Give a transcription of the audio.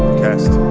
test